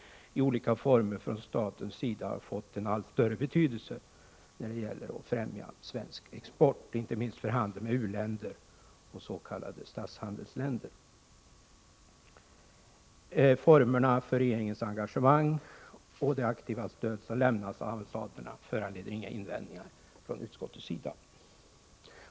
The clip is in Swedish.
tjänste olika former från statens sida har fått en allt större betydelse när det gäller att främja svensk export, inte minst för handel med u-länder och s.k. statshandelsländer. Formerna för regeringens engagemang och det aktiva stöd som lämnats föranleder inte några invändningar från utskottets sida.